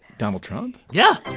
donald trump? yeah yeah?